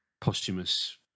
posthumous